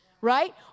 right